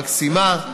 המקסימה,